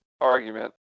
argument